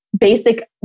Basic